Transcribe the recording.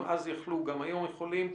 אם אז יכלו, גם היום יכולים.